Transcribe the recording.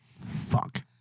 Fuck